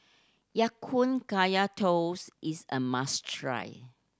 Ya Kun Kaya Toast is a must try